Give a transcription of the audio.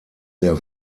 der